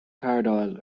cardáil